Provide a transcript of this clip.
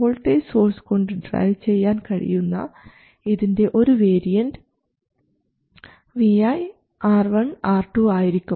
voltage source കൊണ്ട് drive ചെയ്യാൻ കഴിയുന്ന ഇതിൻറെ ഒരു വേരിയൻറ് Vi R1 R2 ആയിരിക്കും